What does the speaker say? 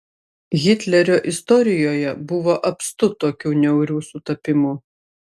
hitlerio istorijoje buvo apstu tokių niaurių sutapimų